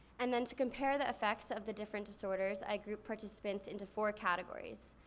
and then to compare the effects of the different disorders i grouped participants into four categories.